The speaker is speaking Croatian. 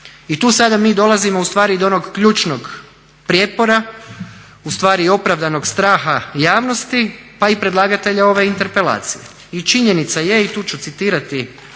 I tu sada mi dolazimo ustvari i do onog ključnog prijepora, ustvari i opravdanog straha javnosti pa i predlagatelja ove interpelacije. I činjenica je i tu ću citirati